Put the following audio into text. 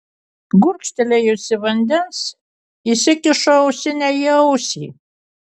gurkštelėjusi vandens įsikišu ausinę į ausį